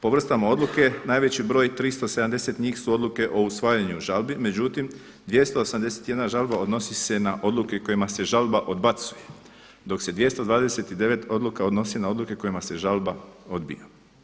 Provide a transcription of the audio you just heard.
Po vrstama odluke najveći broj 370 njih su odluke o usvajanju žalbi, međutim 281 žalba odnosi se na odluke kojima se žalba odbacuje dok se 229 odluka odnosi na odluke kojima se žalba odbija.